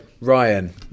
Ryan